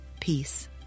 Peace